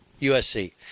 USC